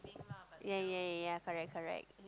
ya ya ya correct correct